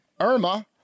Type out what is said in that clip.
Irma